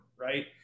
Right